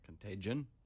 Contagion